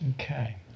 Okay